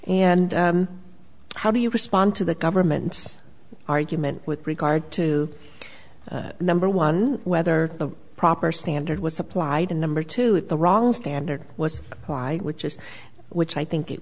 and how do you respond to the government's argument with regard to number one whether the proper standard was applied and number two if the wrong standard was why which is which i think it